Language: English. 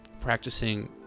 practicing